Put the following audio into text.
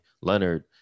Leonard